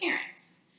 parents